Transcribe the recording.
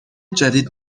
جدید